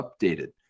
updated